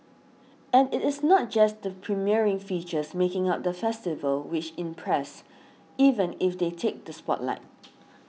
and it is not just the premiering features making up the festival which impress even if they take the spotlight